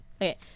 Okay